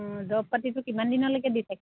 দৰৱ পাতিটো কিমান দিনলৈকে দি থাকে